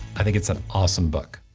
i think it's an awesome book.